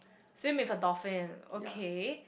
swim with a dolphin okay